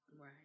right